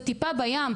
זה טיפה בים,